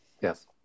Yes